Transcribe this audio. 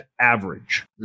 average